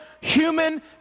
human